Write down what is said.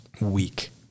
week